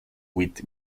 with